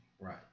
Right